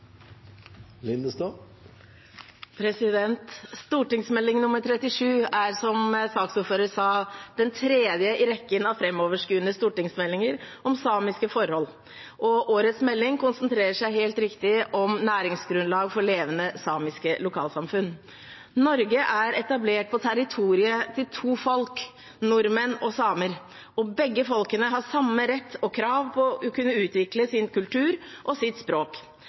37 for 2021–2022 er, som saksordføreren sa, den tredje i rekken av framoverskuende stortingsmeldinger om samiske forhold, og årets melding konsentrerer seg helt riktig om næringsgrunnlag for levende samiske lokalsamfunn. Norge er etablert på territoriet til to folk, nordmenn og samer, og begge folkene har samme rett til og krav på å kunne utvikle sin kultur og sitt språk.